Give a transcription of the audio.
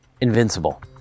Invincible